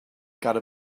gotta